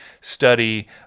study